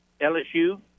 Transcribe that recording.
LSU